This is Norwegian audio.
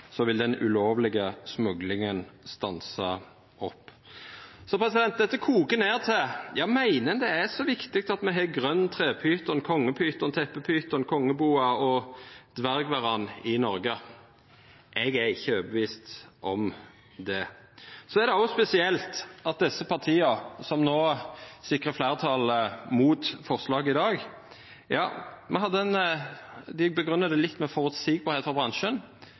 vil den ulovlege smuglinga stansa opp. Dette kokar ned til: Meiner me det er så viktig at me har grøn trepyton, kongepyton, teppepyton, kongeboa og dvergvaran i Noreg? Eg er ikkje overtydd om det. Det er òg spesielt at dei partia som no sikrar fleirtalet mot forslaget i dag, grunngjev det litt med at det skal vera føreseieleg for bransjen.